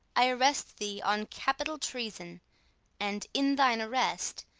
i arrest thee on capital treason and, in thine arrest,